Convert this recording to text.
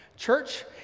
Church